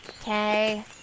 Okay